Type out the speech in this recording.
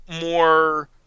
more